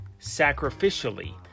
sacrificially